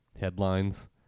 headlines